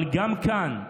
אבל גם כאן,